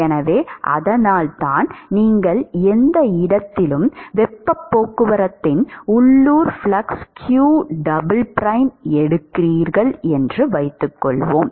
எனவே அதனால் தான் நீங்கள் எந்த இடத்திலும் வெப்பப் போக்குவரத்தின் உள்ளூர் ஃப்ளக்ஸ் q டபுள் பிரைம் எடுக்கிறீர்கள் என்று வைத்துக்கொள்வோம்